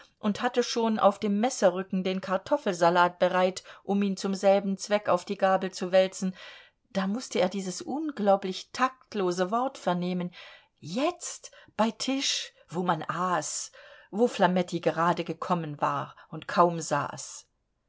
und hatte schon auf dem messerrücken den kartoffelsalat bereit um ihn zum selben zweck auf die gabel zu wälzen da mußte er dieses unglaublich taktlose wort vernehmen jetzt bei tisch wo man aß wo flametti gerade gekommen war und kaum saß